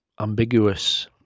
Ambiguous